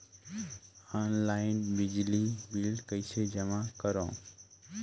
Online बिजली bill कइसे जमा करव?